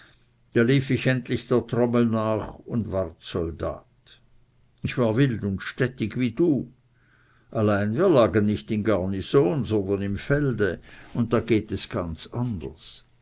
da lief ich endlich der trommel nach und ward soldat ich war wild und stettig wie du allein wir lagen nicht in garnison sondern im felde da geht es ganz anders